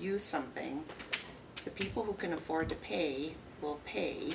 use something the people who can afford to pay for paid